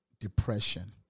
depression